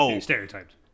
Stereotypes